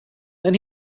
then